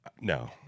No